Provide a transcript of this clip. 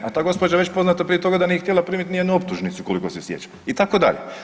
A ta gospođa je već poznata prije toga da nije htjela primiti nijednu optužnicu koliko se sjećam itd.